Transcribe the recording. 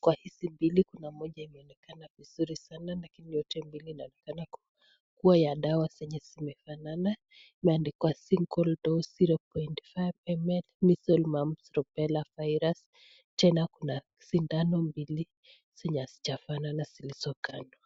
Kwa hizi mbili kuna moja inaonekana vizuri sanaa lakini yote mbili inaonekana kuwa ya dawa zenye zinafanana zimeandikwa single dose zero point two five ml measles mumps rubella virus . Tena kuna sindano mbili zenye hazijafanana zilizo kando.